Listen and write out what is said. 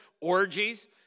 orgies